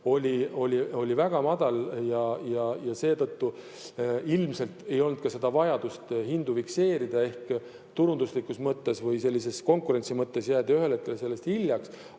oli väga madal ja seetõttu ilmselt ei olnud ka vajadust hindu fikseerida. Ehk turunduslikus mõttes või konkurentsi mõttes jäädi ühel hetkel sellega hiljaks.